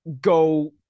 Go